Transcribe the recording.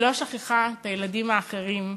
היא לא שכחה את הילדים האחרים,